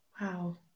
Wow